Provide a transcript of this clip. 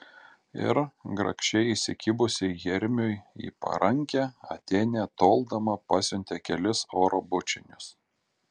ir grakščiai įsikibusi hermiui į parankę atėnė toldama pasiuntė kelis oro bučinius